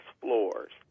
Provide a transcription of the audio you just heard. floors